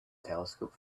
telescope